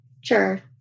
Sure